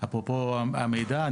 אפרופו המידע.